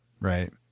Right